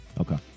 Okay